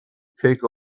take